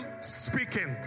speaking